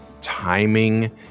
timing